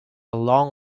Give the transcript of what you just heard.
long